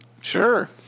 Sure